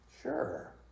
Sure